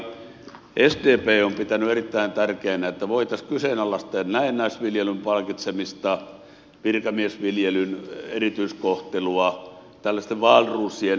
tämän takia sdp on pitänyt erittäin tärkeänä että voitaisiin kyseenalaistaa näennäisviljelyn palkitsemista virkamiesviljelyn erityiskohtelua tällaisten wahlroosien mittavia tukia